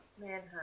Manhunt